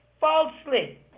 Falsely